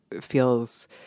feels